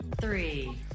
Three